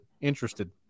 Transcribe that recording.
interested